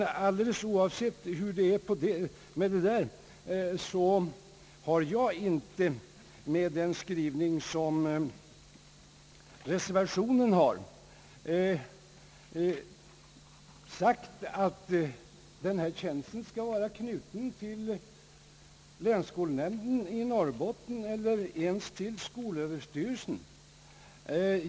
Alldeles oavsett hur det är med den saken, har inte jag, med den skrivning som reservationen har, sagt att denna tjänst skall vara knuten till länsskolnämnden i Norrbotten eller ens till skolöverstyrelsen.